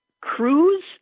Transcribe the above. cruise